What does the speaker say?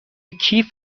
کیف